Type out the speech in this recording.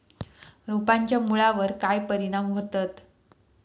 रोपांच्या मुळावर काय परिणाम होतत?